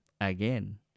again